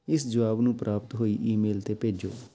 ਇਸ ਜਵਾਬ ਨੂੰ ਪ੍ਰਾਪਤ ਹੋਈ ਈਮੇਲ 'ਤੇ ਭੇਜੋ